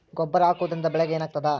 ಗೊಬ್ಬರ ಹಾಕುವುದರಿಂದ ಬೆಳಿಗ ಏನಾಗ್ತದ?